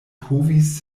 povis